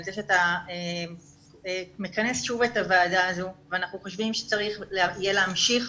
על זה שאתה מכנס שוב את הוועדה הזו ואנחנו חושבים שצריך יהיה להמשיך